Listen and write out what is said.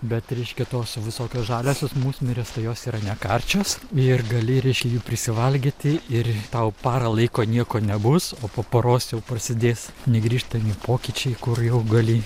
bet reiškia tos visokios žaliosios musmirės tai jos yra ne karčios ir gali reiškia jų prisivalgyti ir tau parą laiko nieko nebus o po poros jau prasidės negrįžtami pokyčiai kur jau gali